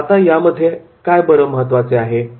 आता यामध्ये काय महत्त्वाचे आहे बरे